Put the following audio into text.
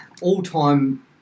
All-time